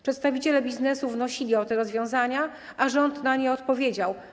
Przedstawiciele biznesu wnosili o te rozwiązania, a rząd na nie odpowiedział.